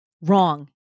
wrong